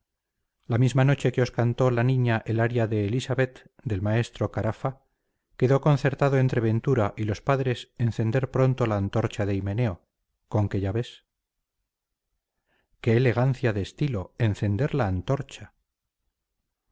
la misma noche que os cantó la niña el aria de elisabeth del maestro caraffa quedó concertado entre ventura y los padres encender pronto la antorcha de himeneo con que ya ves qué elegancia de estilo encender la antorcha